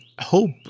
hope